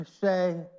say